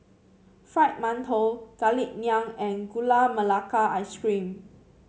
Fried Mantou Garlic Naan and Gula Melaka Ice Cream